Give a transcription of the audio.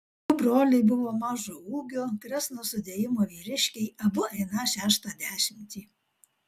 abu broliai buvo mažo ūgio kresno sudėjimo vyriškiai abu einą šeštą dešimtį